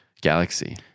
Galaxy